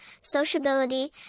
sociability